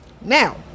now